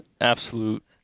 absolute